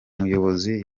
muyobozi